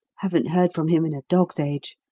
haven't heard from him in a dog's age.